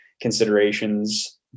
considerations